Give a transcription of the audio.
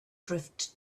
drift